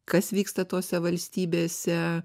kas vyksta tose valstybėse